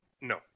No